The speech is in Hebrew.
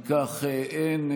אם כך, אין.